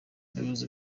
umuyobozi